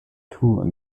tour